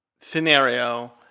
scenario